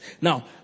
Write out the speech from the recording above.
Now